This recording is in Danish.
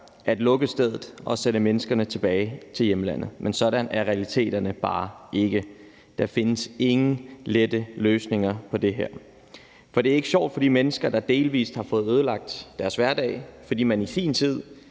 at lukke stedet og sende menneskerne tilbage til hjemlandet, men sådan er realiteterne bare ikke. Der findes ingen lette løsninger på det her. Det er ikke sjovt for de mennesker, der delvis har fået ødelagt deres hverdag, fordi man i sin tid